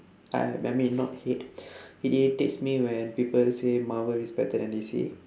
I I mean not hate it irritates me when people say marvel is better than D_C